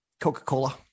Coca-Cola